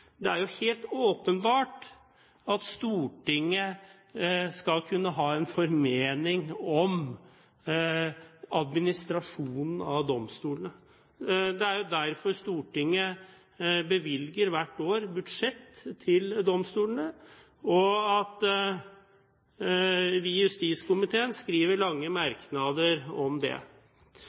det er jo da domstolenes dømmende virksomhet. Det er helt åpenbart at Stortinget skal kunne ha en formening om administrasjonen av domstolene. Det er derfor Stortinget hvert år bevilger budsjett til domstolene, og at vi i justiskomiteen skriver lange merknader om det.